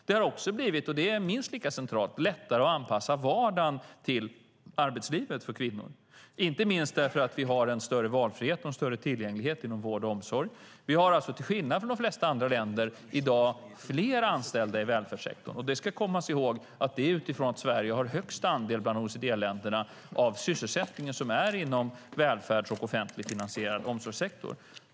Det har också blivit - det är minst lika centralt - lättare att anpassa vardagen till arbetslivet för kvinnor, inte minst därför att vi har en större valfrihet och en större tillgänglighet inom vård och omsorg. Vi har alltså, till skillnad från de flesta andra länder, flera anställda i välfärdssektorerna i dag. Man ska komma ihåg att det är utifrån att Sverige har högst andel bland OECD-länderna av sysselsättningen inom välfärdssektorn och den offentligfinansierade omsorgssektorn.